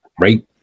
right